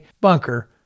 bunker